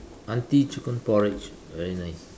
aunty chicken porridge very nice